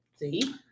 See